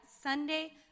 Sunday